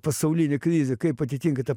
pasaulinė krizė kaip atitinka tą